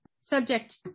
Subject